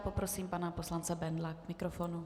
Poprosím pana poslance Bendla k mikrofonu.